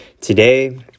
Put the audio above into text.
today